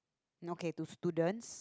okay to students